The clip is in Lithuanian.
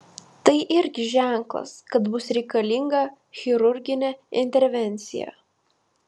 tai irgi ženklas kad bus reikalinga chirurginė intervencija